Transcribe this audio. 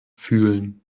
fühlen